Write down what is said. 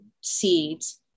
seeds